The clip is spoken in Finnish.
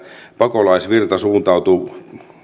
pakolaisvirta suuntautuu yhä